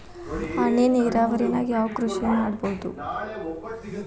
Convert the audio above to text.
ಹನಿ ನೇರಾವರಿ ನಾಗ್ ಯಾವ್ ಕೃಷಿ ಮಾಡ್ಬೋದು?